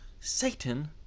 Satan